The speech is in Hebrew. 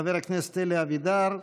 חבר הכנסת אלי אבידר.